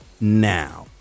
now